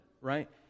right